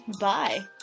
bye